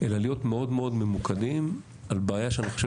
אלא להיות מאוד ממוקדים על בעיה שאני חושב